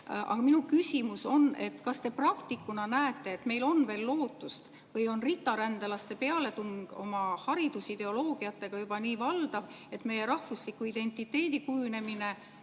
Aga minu küsimus on, et kas te praktikuna näete, et meil on veel lootust või on ritarändelaste pealetung oma haridusideoloogiatega juba nii valdav, et meie rahvusliku identiteedi kujunemine